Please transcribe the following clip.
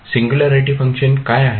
singularity function काय आहेत